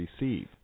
receive